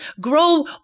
grow